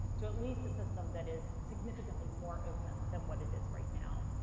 to at least a system that is significantly more open than what it is right now?